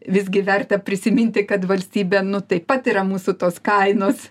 visgi verta prisiminti kad valstybė nu taip pat yra mūsų tos kainos